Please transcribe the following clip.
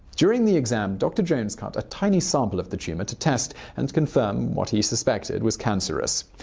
during the exam, dr. jones cut a tiny sample of the tumor to test, and confirm what he suspected was cancerous.